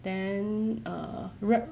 then err rep~